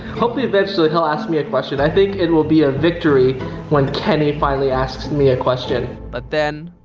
hopefully, eventually, he'll ask me a question. i think it will be a victory when kenny finally asks me a question. but then,